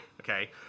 Okay